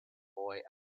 boy